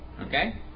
Okay